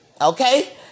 okay